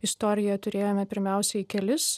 istorijoje turėjome pirmiausiai kelis